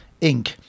Inc